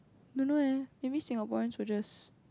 don't know eh maybe Singaporeans should just